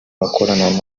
bakorana